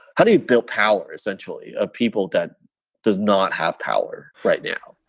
how do you build power essentially of people that does not have power right now?